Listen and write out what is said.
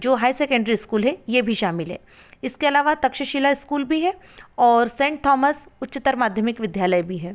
जो high secondary school है ये भी शामिल है इसके अलावा तक्षशिला इस्कूल भी है और सेंट थॉमस उच्चतर माध्यमिक विध्यालय भी है